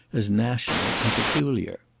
as national and peculiar.